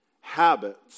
Habits